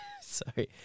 Sorry